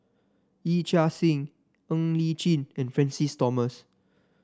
Yee Chia Hsing Ng Li Chin and Francis Thomas